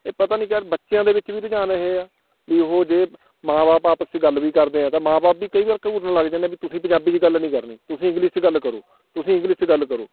ਇਹ ਪਤਾ ਨਹੀਂ ਕਦ ਬੱਚਿਆਂ ਦੇ ਵਿੱਚ ਵੀ ਰੁਝਾਨ ਇਹ ਆ ਵੀ ਉਹ ਜੇ ਮਾਂ ਬਾਪ ਆਪਸ 'ਚ ਗੱਲ ਵੀ ਕਰਦੇ ਆ ਤਾਂ ਮਾਂ ਬਾਪ ਵੀ ਕਈ ਵਾਰ ਘੂਰਨ ਲੱਗ ਜਾਂਦੇ ਵੀ ਤੁਸੀਂ ਪੰਜਾਬੀ 'ਚ ਗੱਲ ਨਹੀਂ ਕਰਨੀ ਤੁਸੀਂ ਇੰਗਲਿਸ਼ 'ਚ ਗੱਲ ਕਰੋ ਤੁਸੀਂ ਇੰਗਲਿਸ਼ 'ਚ ਗੱਲ ਕਰੋ